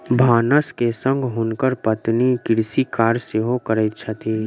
भानस के संग हुनकर पत्नी कृषि कार्य सेहो करैत छथि